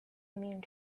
immune